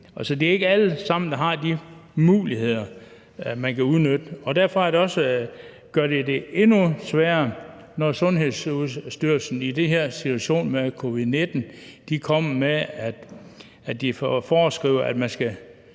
Så det er ikke alle sammen, der kan udnytte de muligheder, man har. Derfor gør det det endnu sværere, når Sundhedsstyrelsen i den her situation med covid-19 foreskriver, at man skal